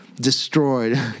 destroyed